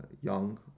young